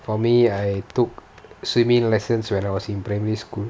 for me I tookay swimming lessons when I was in primary school